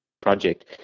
project